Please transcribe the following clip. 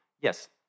yes